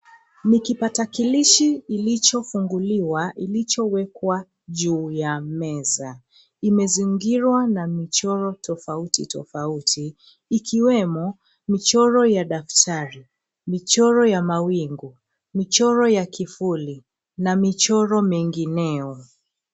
Ni kipakatalishi ilicho funguliwa ilicho wekwa juu ya meza. Imezingirwa na michoro tofauti tofauti ikiwemo michoro ya daftari, michoro ya mawingu michoro ya kifuli na michoro mengineyo.